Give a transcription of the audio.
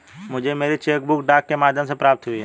मुझे मेरी cheque book डाक के माध्यम से प्राप्त हुई है